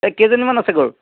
এই কেইজনী মান আছে গৰু